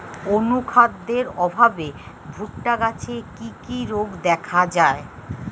অনুখাদ্যের অভাবে ভুট্টা গাছে কি কি রোগ দেখা যায়?